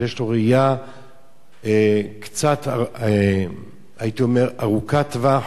שיש לו ראייה קצת ארוכת טווח,